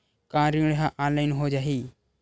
का ऋण ह ऑनलाइन हो जाही?